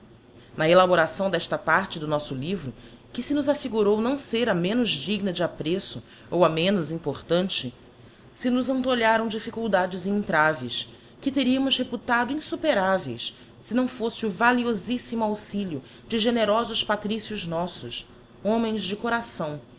na elaboração desta parte do nosso livro que se nos afigurou não ser a menos digna de apreço ou a menos importante se nos antolharam difficuldades e entraves que teríamos reputado insuperáveis se não fosse o valiosíssimo auxilio de generosos patrícios nossos homens de coração